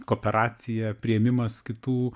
kooperacija priėmimas kitų